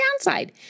downside